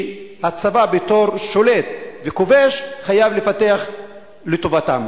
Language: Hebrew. שהצבא, בתור שולט וכובש, חייב לפתח לטובתם?